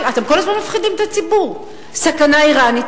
אתם כל הזמן מפחידים את הציבור: סכנה אירנית,